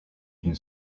d’une